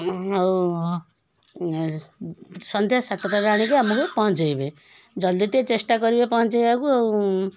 ଆଉ ସନ୍ଧ୍ୟା ସାତଟାରେ ଆଣିକି ଆମକୁ ପହଞ୍ଚାଇବେ ଜଲ୍ଦି ଟିକେ ଚେଷ୍ଟା କରିବେ ପହଞ୍ଚାଇବାକୁ ଆଉ